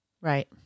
Right